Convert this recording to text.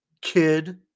kid